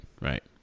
right